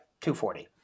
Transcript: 240